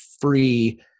free